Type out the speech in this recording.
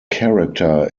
character